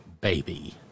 baby